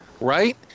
right